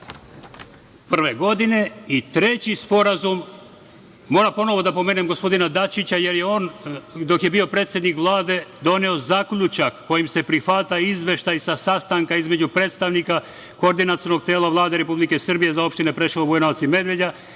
2001. godine. Treći sporazum, moram ponovo da pomenem gospodina Dačića, jer je on, dok je bio predsednik Vlade, doneo zaključak kojim se prihvata izveštaj sa sastanka između predstavnika koordinacionog tela Vlade Republike Srbije za opštine Preševo, Bujanovac i Medveđa